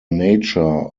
nature